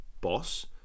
boss